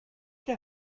der